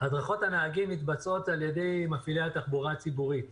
הדרכות הנהגים מתבצעות על ידי מפעילי התחבורה הציבורית.